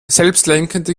selbstlenkende